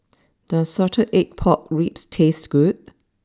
does Salted Egg Pork Ribs taste good